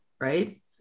Right